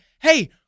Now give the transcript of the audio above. Hey